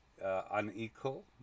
unequal